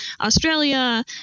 Australia